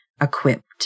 equipped